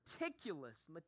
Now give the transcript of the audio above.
meticulous